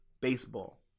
baseball